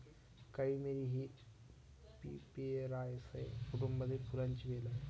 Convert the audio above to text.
काळी मिरी ही पिपेरासाए कुटुंबातील फुलांची वेल आहे